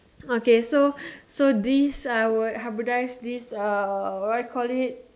okay so so this I would hybridize this uh what you call it